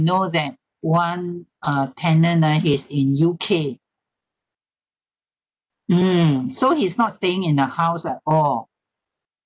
know that one uh tenant ah he's in U_K mm so he's not staying in the house at all